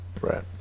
right